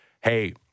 Hey